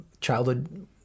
childhood